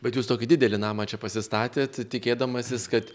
bet jūs tokį didelį namą čia pasistatėt tikėdamasis kad